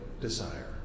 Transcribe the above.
desire